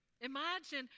Imagine